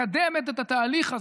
מקדמת את התהליך הזה.